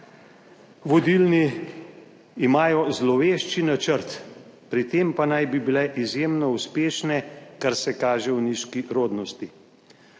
vodilni, imajo zlovešči načrt, pri tem pa naj bi bile izjemno uspešne, kar se kaže v nizki rodnosti.